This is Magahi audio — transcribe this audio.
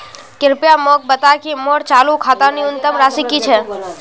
कृपया मोक बता कि मोर चालू खातार न्यूनतम राशि की छे